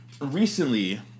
Recently